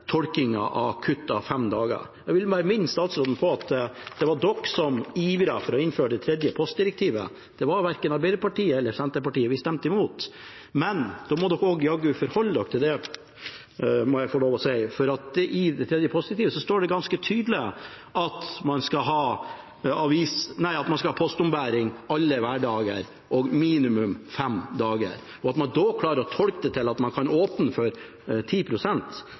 Jeg vil bare minne statsråden på at det var de som ivret etter å innføre det tredje postdirektivet. Det var verken Arbeiderpartiet eller Senterpartiet, vi stemte imot. Men da må en jaggu også forholde seg til det – må jeg få lov til å si – for i det tredje postdirektivet står det ganske tydelig at man skal ha postombæring på alle hverdager og minimum fem dager i uka. At man da klarer å tolke det til at man kan åpne for